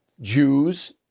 Jews